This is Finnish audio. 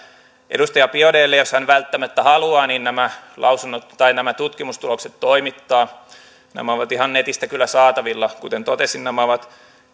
edustaja biaudetlle jos hän välttämättä haluaa nämä tutkimustulokset toimittaa nämä ovat ihan netistä kyllä saatavilla kuten totesin nämä ovat